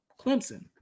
Clemson